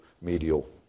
medial